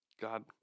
God